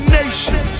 nation